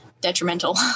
detrimental